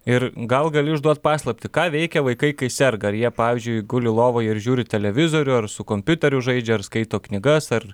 ir gal gali išduot paslaptį ką veikia vaikai kai serga ar jie pavyzdžiui guli lovoje ir žiūri televizorių ar su kompiuteriu žaidžia ar skaito knygas ar